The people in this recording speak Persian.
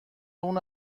اونو